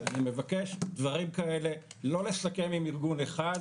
אני מבקש לא לסכם דברים כאלה עם ארגון אחד,